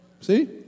See